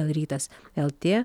lrytas lt